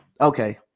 Okay